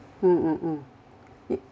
mm mm mm